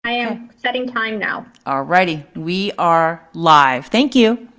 i am setting time now. alrighty. we are live thank you.